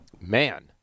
Man